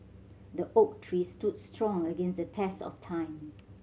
the oak tree stood strong against the test of time